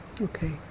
Okay